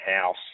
house